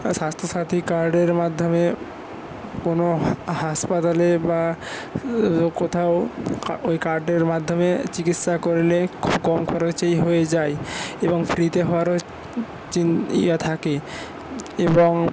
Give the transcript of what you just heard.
স্বাস্থ্যসাথী কার্ডের মাধ্যমে কোনো হাসপাতালে বা কোথাও ওই কার্ডের মাধ্যমে চিকিৎসা করলে খুব কম খরচেই হয়ে যায় এবং ফ্রীতে হওয়ারও ইয়ে থাকে এবং